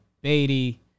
Beatty